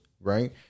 right